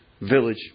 village